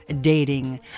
dating